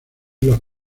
los